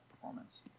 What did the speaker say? performance